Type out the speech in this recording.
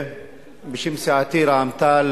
בשם סיעתי רע"ם-תע"ל,